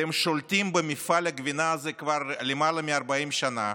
אתם שולטים במפעל הגבינה הזה כבר למעלה מ-40 שנה,